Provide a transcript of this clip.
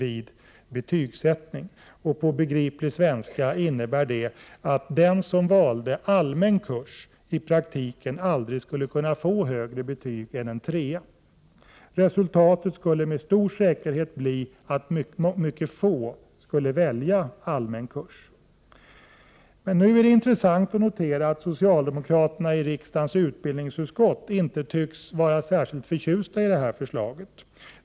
1988/89:63 vid betygssättning. På begriplig svenska innebär det att den som väljer allmän — 8 februari 1989 kurs i praktiken aldrig kan få högre betyg än en 3:a. Resultatet skulle med stor säkerhet bli att mycket få skulle välja allmän kurs. Det är intressant att notera att socialdemokraterna i riksdagens utbildningsutskott inte tycks vara särskilt förtjusta i det här förslaget.